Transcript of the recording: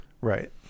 Right